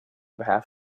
behalf